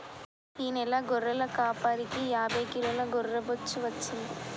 ఈ నెల గొర్రెల కాపరికి యాభై కిలోల గొర్రె బొచ్చు వచ్చింది